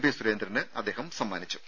P സുരേന്ദ്രന് അദ്ദേഹം സമ്മാനിച്ചു